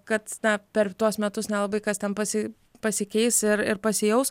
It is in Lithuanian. kad na per tuos metus nelabai kas ten pasi pasikeis ir ir pasijaus